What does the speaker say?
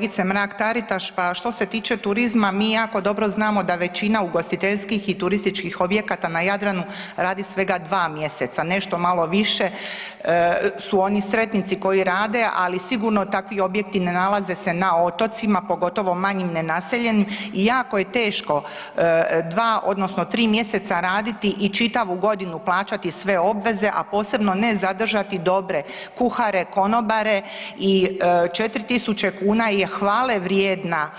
Kolegice Mrak Taritaš pa što se tiče turizma mi jako dobro znamo da većina ugostiteljskih i turistički objekata na Jadranu radi svega 2 mjeseca, nešto malo više su oni sretnici koji rade, ali sigurno takvi objekti ne nalaze se na otocima pogotovo manjim nenaseljenim i jako je teško 2 odnosno 3 mjeseca raditi i čitavu godinu plaćati sve obveze, a posebno ne zadržati dobre kuhare, konobare i 4.000 kuna je hvalevrijedna